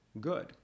good